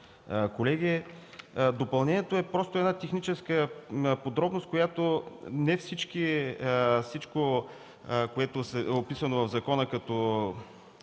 Допълнението е просто една техническа подробност, защото не всичко, описано в закона като